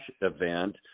event